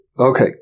Okay